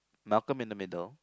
Malcolm in the Middle